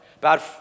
Bad